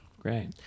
Great